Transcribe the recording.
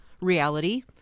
reality